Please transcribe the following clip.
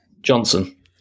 Johnson